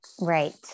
Right